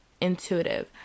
intuitive